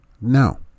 No